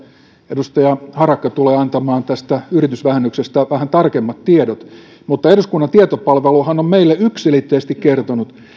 edustaja harakka tulee antamaan tästä yritysvähennyksestä vähän tarkemmat tiedot mutta eduskunnan tietopalveluhan on meille yksiselitteisesti kertonut